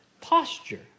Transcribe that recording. posture